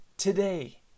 Today